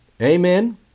Amen